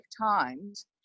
times